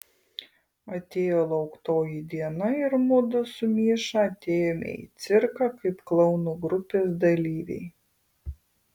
atėjo lauktoji diena ir mudu su miša atėjome į cirką kaip klounų grupės dalyviai